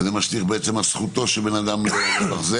וזה משליך על זכותו של אדם למחזר,